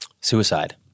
Suicide